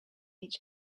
each